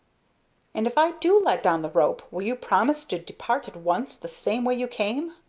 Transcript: and if i do let down the rope, will you promise to depart at once the same way you came?